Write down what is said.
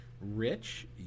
Rich